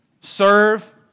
serve